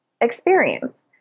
experience